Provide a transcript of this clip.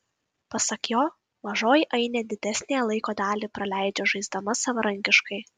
pasak jo mažoji ainė didesniąją laiko dalį praleidžia žaisdama savarankiškai